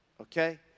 okay